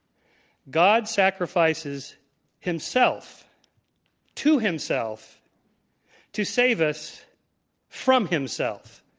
god sacrifices himself to himself to save us from himself.